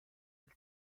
del